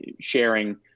sharing